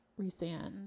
resand